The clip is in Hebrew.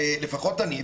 לפחות אני,